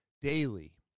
daily